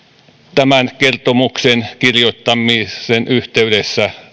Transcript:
tämän kertomuksen kirjoittamisen yhteydessä